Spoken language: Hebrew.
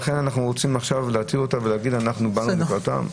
ואז לכן אנחנו רוצים להציג אותה ולהגיד: אנחנו באנו לקראתם?